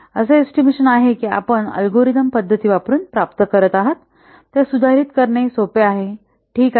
असा एस्टिमेशन आहे की आपण अल्गोरिदम पद्धती वापरुन प्राप्त करत आहात त्या सुधारित करणे सोपे आहे ठीक आहे